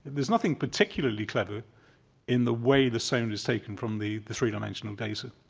there's nothing particularly clever in the way the sound is taken from the the three dimensional data.